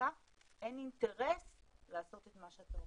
החזקה אין אינטרס לעשות את מה שאתה אומר.